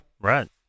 right